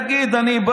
תגיד: אני,